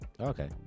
Okay